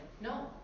no